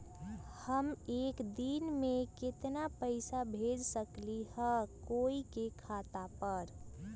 हम एक दिन में केतना पैसा भेज सकली ह कोई के खाता पर?